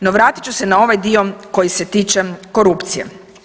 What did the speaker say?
No, vrati ću se na ovaj dio koji se tiče korupcije.